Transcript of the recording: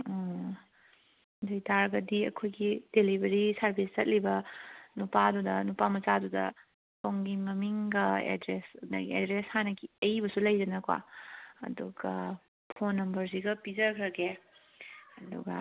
ꯎꯝ ꯑꯗꯨ ꯑꯣꯏꯕ ꯇꯥꯔꯒꯗꯤ ꯑꯩꯈꯣꯏꯒꯤ ꯗꯤꯂꯤꯕꯔꯤ ꯁꯥꯔꯕꯤꯁ ꯆꯠꯂꯤꯕ ꯅꯨꯄꯥꯗꯨꯗ ꯅꯨꯄꯥ ꯃꯆꯥꯗꯨꯗ ꯁꯣꯝꯒꯤ ꯃꯃꯤꯡꯒ ꯑꯦꯗ꯭ꯔꯦꯁ ꯑꯗꯨꯗꯒꯤ ꯑꯦꯗ꯭ꯔꯦꯁ ꯍꯥꯟꯅꯒꯤ ꯑꯏꯕꯁꯨ ꯂꯩꯗꯅꯀꯣ ꯑꯗꯨꯒ ꯐꯣꯟ ꯅꯝꯕꯔꯁꯤꯒ ꯄꯤꯖꯈ꯭ꯔꯒꯦ ꯑꯗꯨꯒ